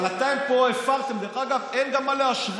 אבל אתם פה הפרתם, דרך אגב, אין גם מה להשוות.